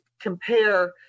compare